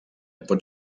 pot